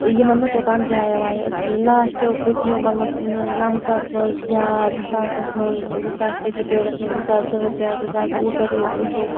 یِمَن نہٕ توٚتام جایا وایا ٲس کِہیٖنۍ لاسٹیوٕ پٔتۍمیو مطلب نہٕ نَمتَس منٛز یا زٕ ساسَس منٛز زٕ ساسکِس ڈِکیڈَس منٛز زٕ ساس دَہ پٮ۪ٹھ زٕ ساس وُہ پٮ۪ٹھ یہِ وٕچھو